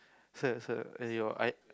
her her !aiyo! I